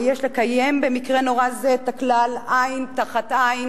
ויש לקיים במקרה נורא זה את הכלל: עין תחת עין,